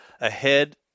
ahead